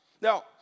Now